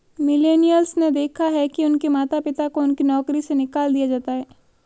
millennials ने देखा है कि उनके माता पिता को उनकी नौकरी से निकाल दिया जाता है